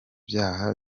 byaha